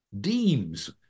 deems